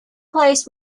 place